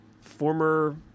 former